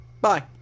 bye